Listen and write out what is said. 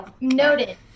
Noted